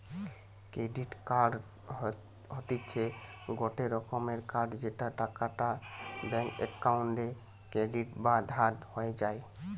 credit card হতিছে গটে রকমের কার্ড যেই টাকাটা ব্যাঙ্ক অক্কোউন্টে ক্রেডিট বা ধার হয়ে যায়